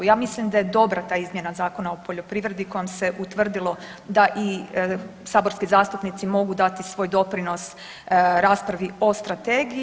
Ja mislim da je dobra ta izmjena Zakona o poljoprivredi kojom se utvrdilo da i saborski zastupnici mogu dati svoj doprinos raspravi o strategiji.